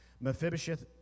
Mephibosheth